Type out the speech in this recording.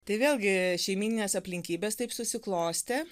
tai vėlgi šeimyninės aplinkybės taip susiklostė